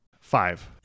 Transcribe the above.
Five